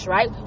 Right